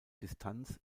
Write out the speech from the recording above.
distanz